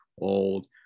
old